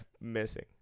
missing